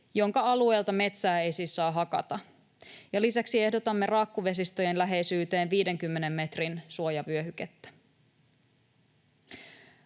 jonka alueelta metsää ei siis saa hakata. Ja lisäksi ehdotamme raakkuvesistöjen läheisyyteen 50 metrin suojavyöhykettä.